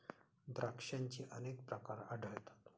द्राक्षांचे अनेक प्रकार आढळतात